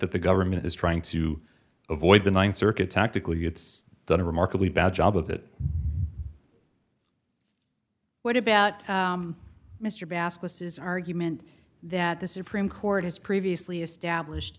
that the government is trying to avoid the th circuit tactically it's done a remarkably bad job of it what about mr bass mrs argument that the supreme court has previously established